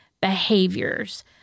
behaviors